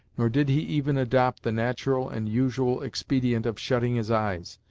nor did he even adopt the natural and usual expedient of shutting his eyes,